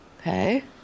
Okay